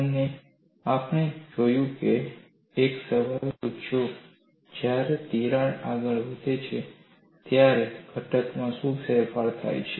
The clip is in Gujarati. અને આપણે પણ જોયું છે અને એક સવાલ પૂછ્યો છે જ્યારે તિરાડ આગળ વધે છે ત્યારે ઘટકમાં શું ફેરફાર થાય છે